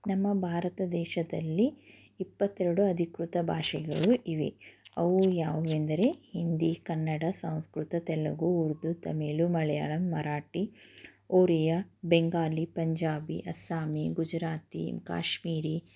ನಮ್ಮ ಭಾರತ ದೇಶದಲ್ಲಿ ಇಪ್ಪತ್ತೆರಡು ಅಧಿಕೃತ ಭಾಷೆಗಳು ಇವೆ ಅವು ಯಾವುವೆಂದರೆ ಹಿಂದಿ ಕನ್ನಡ ಸಂಸ್ಕೃತ ತೆಲುಗು ಉರ್ದು ತಮಿಳು ಮಲಯಾಳಂ ಮರಾಠಿ ಒರಿಯಾ ಬೆಂಗಾಲಿ ಪಂಜಾಬಿ ಅಸ್ಸಾಮಿ ಗುಜರಾತಿ ಕಾಶ್ಮೀರಿ